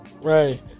Right